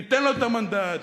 ניתן לקדימה את המנדט,